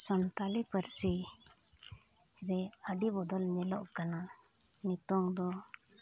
ᱥᱟᱱᱛᱟᱲᱤ ᱯᱟᱹᱨᱥᱤᱨᱮ ᱟᱹᱰᱤ ᱵᱚᱫᱚᱞ ᱧᱮᱞᱚᱜ ᱠᱟᱱᱟ ᱱᱤᱛᱳᱜ ᱫᱚ